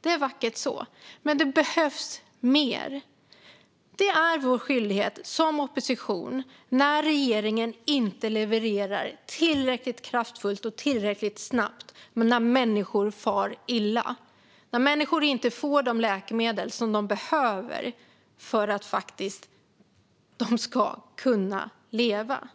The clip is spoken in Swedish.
Det är vackert så, men det behövs mer. När regeringen inte levererar tillräckligt kraftfullt och snabbt och när människor far illa och inte får de läkemedel som de behöver för att kunna leva